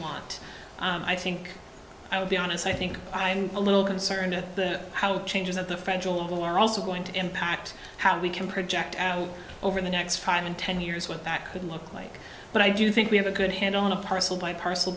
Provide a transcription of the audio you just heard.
want i think i would be honest i think i'm a little concerned how the changes at the federal level are also going to impact how we can project out over the next five and ten years what that would look like but i do think we have a good handle on a parcel by parcel